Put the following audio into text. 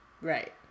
Right